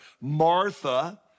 Martha